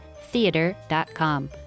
theater.com